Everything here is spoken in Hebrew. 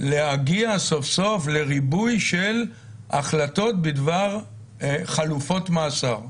להגיע סוף סוף לריבוי של החלטות בדבר חלופות מאסר.